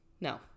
No